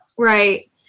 Right